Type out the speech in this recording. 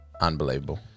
Unbelievable